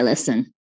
Listen